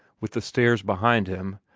with the stairs behind him,